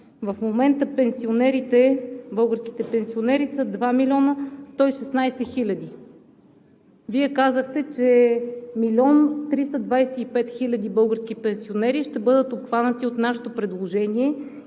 В момента българските пенсионери са 2 милиона 116 хиляди. Вие казахте, че 1 милион 325 хиляди български пенсионери ще бъдат обхванати от нашето предложение